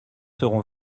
seront